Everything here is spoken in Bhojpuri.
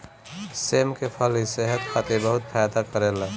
सेम के फली सेहत खातिर बहुते फायदा करेला